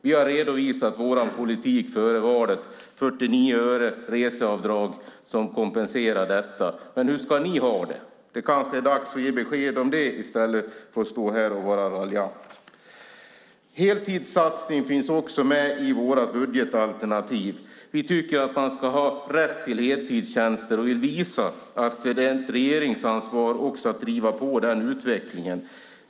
Vi har redovisat vår politik före valet. Vi inför 49 öre i reseavdrag, vilket kompenserar detta. Hur ska ni ha det? Det kanske är dags att ge besked om det i stället för att stå här och vara raljant. Heltidssatsning finns också med i vårt budgetalternativ. Vi tycker att man ska ha rätt till heltidstjänster, och vi vill visa att det är ett regeringsansvar att driva på den utvecklingen.